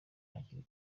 hakiri